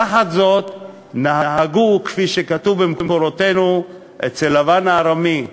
תחת זאת נהגו כפי שכתוב במקורותינו אצל לבן הארמי,